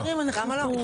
למה לא?